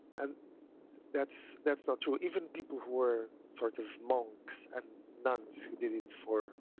and that's that's not true. even people who are sort of monks and nuns who did it for